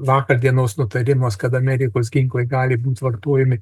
vakar dienos nutarimas kad amerikos ginklai gali būt vartojami